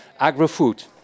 AgroFood